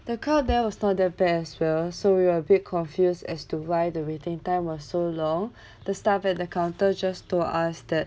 the girl there was not that bad as well so we we're a bit confused as to why the waiting time was so long the staff at the counter just told us that